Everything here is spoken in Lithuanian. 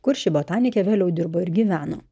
kur ši botanikė vėliau dirbo ir gyveno